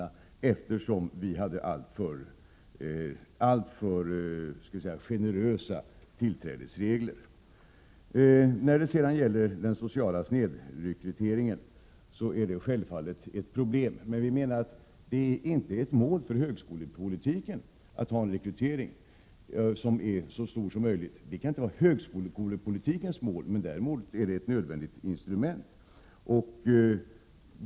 Man hänvisade då till våra alltför generösa tillträdesregler. Självfallet är den sociala snedrekryteringen ett problem. Men vi menar att det inte är ett mål för högskolepolitiken att ha en rekrytering som innebär att så många som möjligt skall antas. Det kan inte vara högskolepolitikens mål. Däremot är det ett nödvändigt instrument.